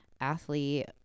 athlete